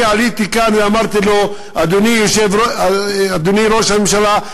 אני עליתי לכאן ואמרתי לו: אדוני ראש הממשלה,